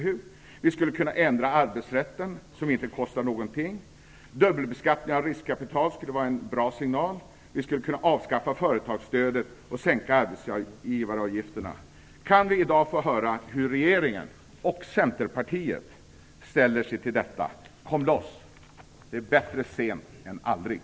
Vi skulle kunna ändra arbetsrätten, vilket inte kostar någonting. Att ta bort dubbelbeskattningen av riskkapital skulle vara en bra signal. Vi skulle kunna avskaffa företagsstödet och sänka arbetsgivaravgifterna. Kan vi i dag få höra hur regeringen och Centerpartiet ställer sig till detta? Kom loss! Det är bättre sent än aldrig.